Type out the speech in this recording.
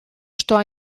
что